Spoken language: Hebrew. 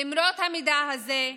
למרות המידע הזה,